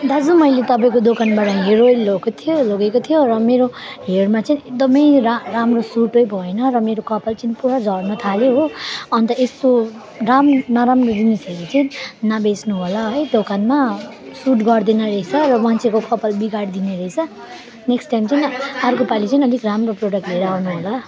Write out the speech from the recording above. दाजु मैले तपाईँको दोकानबाट हेयर ओइल लएको थिएँ लगेको थिएँ र मेरो हेयरमा चाहिँ एकदमै रा राम्रो सुटै भएन र मेरो कपाल चाहिँ पुरा झर्न थाल्यो हो अनि त यसो राम् नराम्रो जिनिसहरू चाहिँ नबेच्नु होला है दोकानमा सुट गर्दैन रहेछ र मान्छेको कपाल बिगारिदिने रहेछ नेक्स्ट टाइम चाहिँ अर्कोपालि चाहिँ अलिक राम्रो प्रडक्ट लिएर आउनु होला